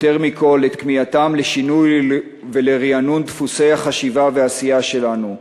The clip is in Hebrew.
יותר מכול את כמיהתם לשינוי ולרענון דפוסי החשיבה והעשייה שלנו,